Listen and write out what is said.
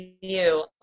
view